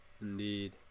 Indeed